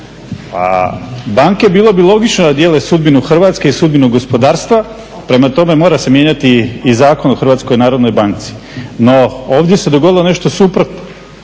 banke bilo bi logično da dijele sudbinu Hrvatske i sudbinu gospodarstva, prema tome mora se mijenjati i Zakon o HNB-u. No ovdje se dogodilo nešto suprotno,